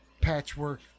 patchwork